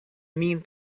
mean